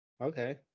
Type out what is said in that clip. okay